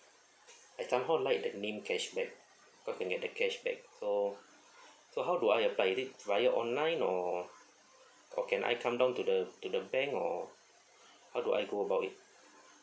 I think I'm gonna like that name cashback okay I'd get that cashback so so how do I apply is it via online or or can I come down to the to the bank or how do I go about it